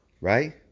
right